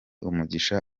umugisha